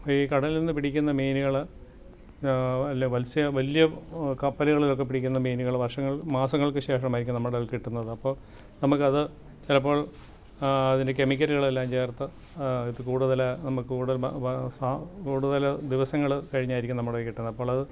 ഈ കടലിൽ നിന്ന് പിടിക്കുന്ന മീനുകൾ അല്ല മത്സ്യ വല്യ കപ്പലുകളിലൊക്കെ പിടിക്കുന്ന മീനുകൾ വർഷങ്ങൾ മാസങ്ങൾക്ക് ശേഷമായിരിക്കും നമ്മുടെ കയ്യിൽ കിട്ടുന്നത് അപ്പം നമ്മൾക്കത് ചിലപ്പോൾ അതിൻ്റെ കെമിക്കലുകളെല്ലാം ചേർത്ത് ഇത് കൂടുതൽ നമുക്ക് കൂടുതൽ കൂടുതൽ ദിവസങ്ങൾ കഴിഞ്ഞായിരിക്കും നമ്മുടെ കയ്യിൽ കിട്ടുന്നത് അപ്പോൾ അത്